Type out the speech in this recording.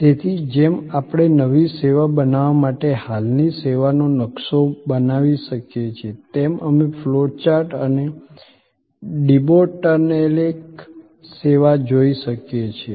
તેથી જેમ આપણે નવી સેવા બનાવવા માટે હાલની સેવાનો નકશો બનાવી શકીએ છીએ તેમ અમે ફ્લો ચાર્ટ અને ડિબોટલનેક સેવા જોઈ શકીએ છીએ